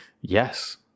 Yes